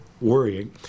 worrying